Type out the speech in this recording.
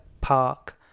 park